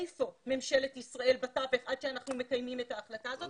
איפה ממשלת ישראל בתווך עד שאנחנו מקיימים את ההחלטה הזאת?